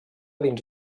dins